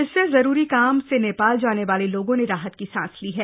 इसस जरूरी काम स नप्राल जान वाल लोगों न राहत की सांस ली है